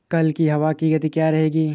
कल की हवा की गति क्या रहेगी?